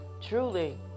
truly